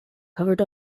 covered